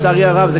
לצערי הרב,